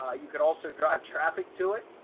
ah you could also drive traffic to it,